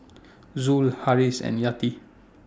Zul Harris and Yati